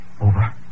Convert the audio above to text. over